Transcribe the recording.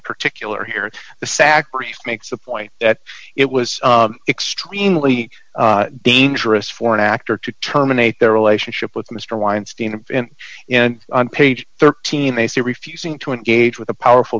particular here the sacrifice makes a point that it was extremely dangerous for an actor to terminate their relationship with mr weinstein and and on page thirteen may say refusing to engage with a powerful